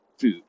food